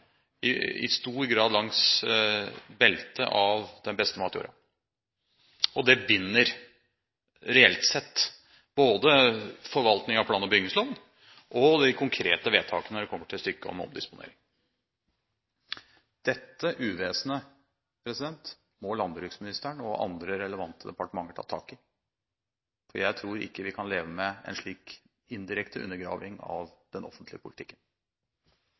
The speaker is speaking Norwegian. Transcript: i stor grad langs beltet av den beste matjorda. Det binder reelt sett både forvaltningen av plan- og bygningsloven og de konkrete vedtakene – når det kommer til stykket – om omdisponering. Dette uvesenet må landbruksministeren og andre relevante departementer ta tak i, for jeg tror ikke vi kan leve med en slik indirekte undergraving av den offentlige politikken.